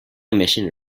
emission